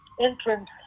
entrance